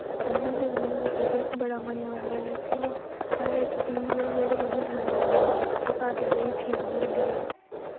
असें ते बशक्क बड़ा मज़ा औंदा लेकिन हर इक चीज़ ऐ जेह्ड़ी असेंगी मज़ा औंदी ऐ ओह् सारें लेई ठीक नी होंदी ऐ